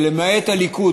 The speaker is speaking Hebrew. ולמעט הליכוד,